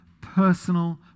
personal